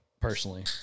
personally